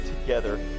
together